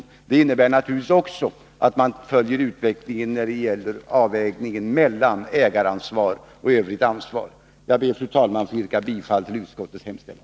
Detta innebär naturligtvis också att man följer utvecklingen när det gäller avvägningen mellan ägaransvar och övrigt ansvar. Fru talman! Jag ber att få yrka bifall till utskottets hemställan.